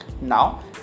Now